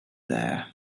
there